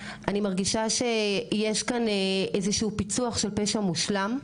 אני מרגישה שיש כאן איזשהו פיצוח של פשע מושלם,